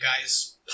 guys